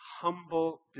humble